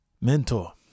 mentor